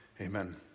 Amen